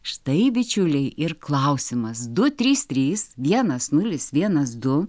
štai bičiuliai ir klausimas du trys trys vienas nulis vienas du